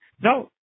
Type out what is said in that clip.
No